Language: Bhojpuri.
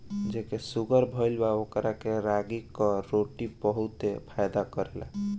जेके शुगर भईल बा ओकरा के रागी कअ रोटी बहुते फायदा करेला